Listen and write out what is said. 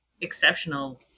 exceptional